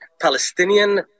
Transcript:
Palestinian